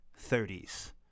30s